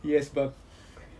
yes